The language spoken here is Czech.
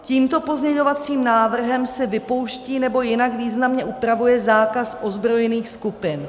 Tímto pozměňovacím návrhem se vypouští nebo jinak významně upravuje zákaz ozbrojených skupin.